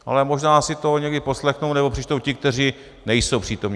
Ale možná si to někdy poslechnou nebo přečtou ti, kteří nejsou přítomni.